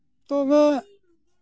ᱛᱚᱵᱮ